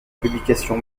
publication